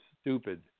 stupid